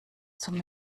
zum